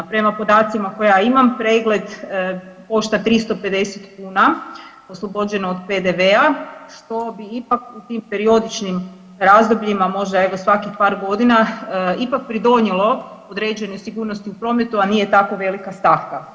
Prema podacima koja ja imam pregled košta 350 kuna oslobođeno od PDV-a što bi ipak u tim periodičkim razdobljima možda evo svakih par godina ipak pridonijelo određeni sigurnosti u prometu, a nije tako velika stavka.